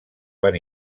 van